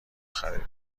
خریده